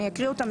אני אקריא אותן,